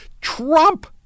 Trump